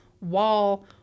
wall